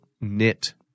knit